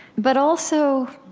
but also,